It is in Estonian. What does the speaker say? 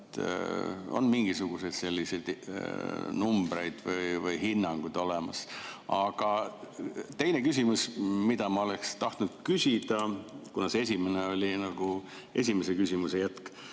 On mingisuguseid numbreid või hinnanguid olemas? Ja teine küsimus, mida ma olen tahtnud küsida – praegune esimene oli mu eelmise küsimuse jätk